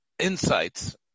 insights